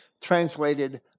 translated